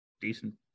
decent